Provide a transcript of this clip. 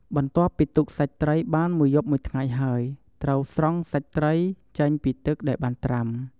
បន្ទាប់ពីទុកសាច់ត្រីបានមួយយប់មួយថ្ងៃហើយ ត្រូវស្រង់សាច់ត្រីចេញពីទឹកដែលបានត្រាំ ។